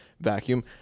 vacuum